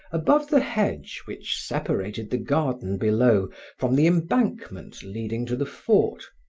above the hedge which separated the garden below from the embankment leading to the fort,